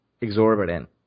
exorbitant